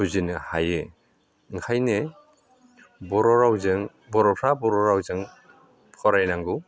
बुजिनो हायो ओंखायनो बर' रावजों बर'फ्रा बर' रावजों फरायनांगौ